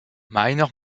meiner